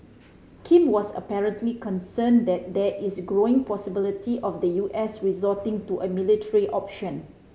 Kim was apparently concerned that there is growing possibility of the U S resorting to a military option